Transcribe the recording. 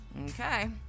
Okay